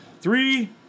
Three